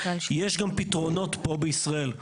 יש גם פתרונות פה בישראל.